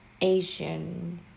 Asian